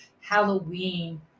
Halloween